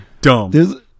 dumb